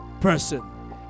person